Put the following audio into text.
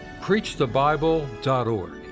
preachthebible.org